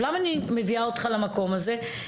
למה אני מביאה אותך למקום הזה?